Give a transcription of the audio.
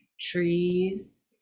Trees